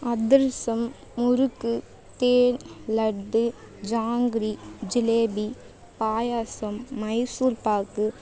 அதிரசம் முறுக்கு தேன் லட்டு ஜாங்கிரி ஜிலேபி பாயாசம் மைசூர்பாக்கு